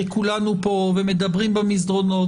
כי כולנו פה ומדברים במסדרונות,